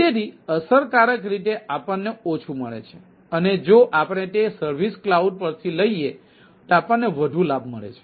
તેથી અસરકારક રીતે આપણને ઓછું મળે છે અને જો આપણે તે સર્વિસ કલાઉડ પરથી લઈએ તો આપણને વધુ લાભ મળે છે